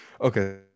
Okay